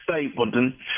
stapleton